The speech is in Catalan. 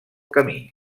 camí